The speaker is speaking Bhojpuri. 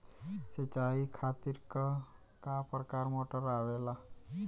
सिचाई खातीर क प्रकार मोटर आवेला?